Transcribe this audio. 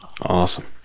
awesome